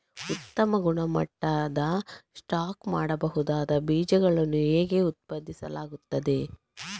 ಉತ್ತಮ ಗುಣಮಟ್ಟದ ಸ್ಟಾಕ್ ಮಾಡಬಹುದಾದ ಬೀಜಗಳನ್ನು ಹೇಗೆ ಉತ್ಪಾದಿಸಲಾಗುತ್ತದೆ